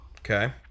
Okay